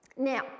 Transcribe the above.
Now